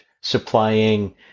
supplying